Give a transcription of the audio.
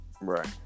Right